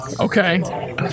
Okay